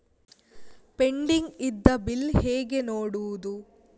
Pending ಇದ್ದ bill ಹೇಗೆ ನೋಡುವುದು?